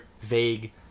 vague